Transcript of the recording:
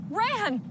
ran